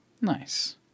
Nice